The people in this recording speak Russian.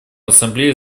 ассамблее